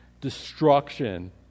destruction